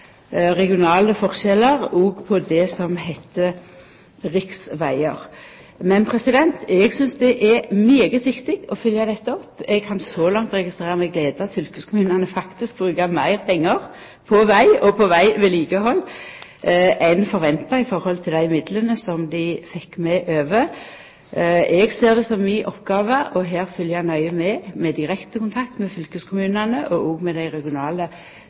regionale forskjellar, òg på det som heitte riksvegar. Men eg synest det er veldig viktig å følgja dette opp. Eg kan så langt registrera med glede at fylkeskommunane faktisk brukar meir pengar på veg og vegvedlikehald enn forventa i forhold til dei midlane som dei fekk med over. Eg ser det som mi oppgåve å følgja nøye med, med direkte kontakt med fylkeskommunane og òg med dei regionale